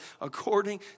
according